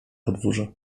podwórze